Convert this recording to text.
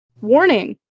warning